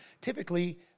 typically